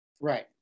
Right